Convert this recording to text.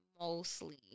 mostly